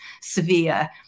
severe